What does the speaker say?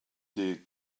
des